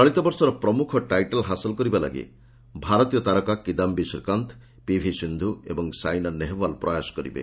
ଚଳିତବର୍ଷର ପ୍ରମୁଖ ଟାଇଟଲ୍ ହାସଲ କରିବା ଲାଗି ଭାରତୀୟ ତାରକା କିଦାଧି ଶ୍ରୀକାନ୍ତ ପିଭି ସିନ୍ଧୁ ଏବଂ ସାଇନା ନେହୱାଲ ପ୍ରୟାସ କରିବେ